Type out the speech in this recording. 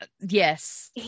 yes